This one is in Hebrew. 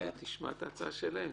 תשמע את ההצעה שלהם.